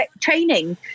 training